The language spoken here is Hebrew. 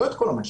לא את כל המשק,